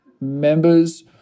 members